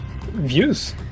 Views